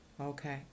Okay